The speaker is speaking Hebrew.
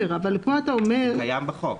זה קיים בחוק.